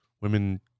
women